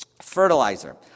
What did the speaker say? Fertilizer